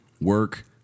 work